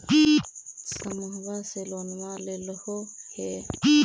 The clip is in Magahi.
समुहवा से लोनवा लेलहो हे?